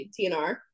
TNR